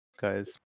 guys